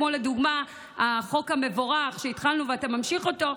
כמו לדוגמה החוק המבורך שהתחלנו ואתה ממשיך אותו,